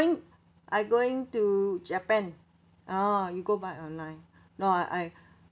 I going to japan oh you go buy online no I I